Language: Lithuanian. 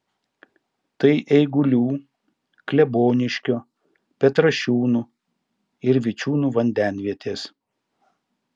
tai eigulių kleboniškio petrašiūnų ir vičiūnų vandenvietės